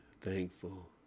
thankful